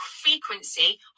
frequency